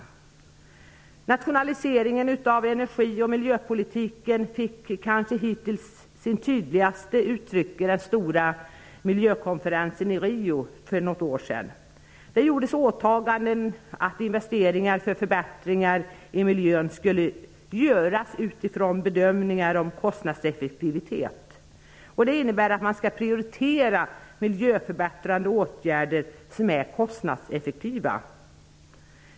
Internationaliseringen av energi och miljöpolitiken fick sitt kanske hittills tydligaste uttryck i den stora miljökonferensen i Rio för något år sedan. Där gjordes åtagandet att investeringar för förbättringar i miljön skulle göras utifrån bedömningar om kostnadseffektivitet. Det innebär att man skall prioritera miljöförbättrande åtgärder som är kostnadseffektiva.